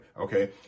Okay